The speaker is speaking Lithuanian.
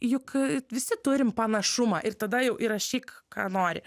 juk visi turim panašumą ir tada jau įrašyk ką nori